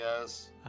yes